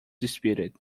disputed